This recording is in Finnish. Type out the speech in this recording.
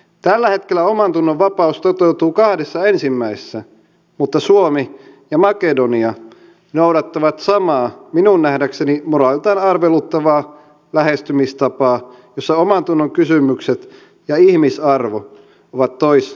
tällä hetkellä omantunnonvapaus toteutuu kahdessa ensimmäisessä mutta suomi ja makedonia noudattavat samaa minun nähdäkseni moraaliltaan arveluttavaa lähestymistapaa jossa omantunnonkysymykset ja ihmisarvo ovat toisarvoisia